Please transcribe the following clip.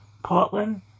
Portland